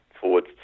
forward